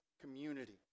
community